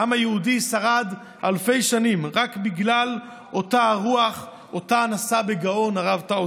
העם היהודי שרד אלפי שנים רק בגלל אותה הרוח שאותה נשא בגאון הרב טאוב,